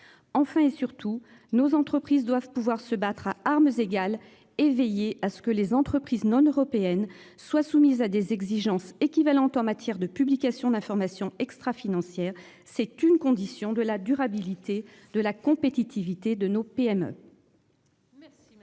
Enfin et surtout, nos entreprises doivent pouvoir se battre à armes égales et veiller à ce que les entreprises non européennes soient soumises à des exigences équivalente en matière de publication d'informations extra-financière, c'est une condition de la durabilité de la compétitivité de nos PME.